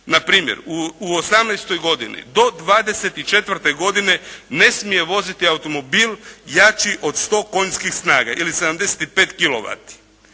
na primjer u 18. godini, do 24. godine ne smije voziti automobil jači od 100 konjskih snaga ili 75